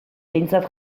behintzat